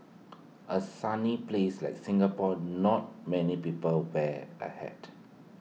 A sunny place like Singapore not many people wear A hat